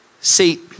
See